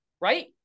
Right